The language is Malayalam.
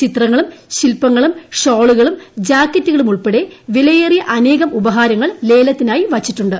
ചിത്രങ്ങളും ശില്പങ്ങളും ഷോളുകളും ജാക്കറ്റുകളുമുൾപ്പെടെ വിലയേറിയ അനേകം ഉപഹാരങ്ങൾ ലേലത്തിനായി വച്ചിട്ടുണ്ട്